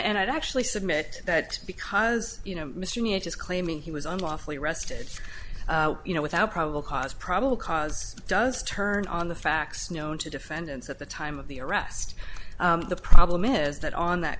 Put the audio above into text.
and i'd actually submit that because you know mr niet is claiming he was unlawfully arrested you know without probable cause probable cause does turn on the facts known to defendants at the time of the arrest the problem is that on that